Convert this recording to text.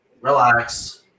Relax